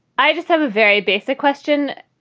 i just have a very basic question.